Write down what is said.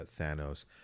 Thanos